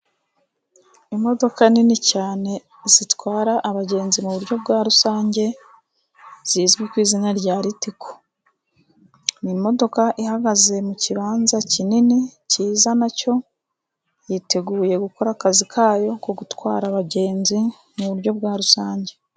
Imodoka nini cyane zitwara abagenzi mu buryo rusange zizwi ku izina rya Ritiko, Ni imodoka ihagaze mu kibanza kinini cyiza na cyo, yiteguye gukora akzi ka yo ko gutwara abagenzi mu buryo bwa rusange.